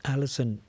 Alison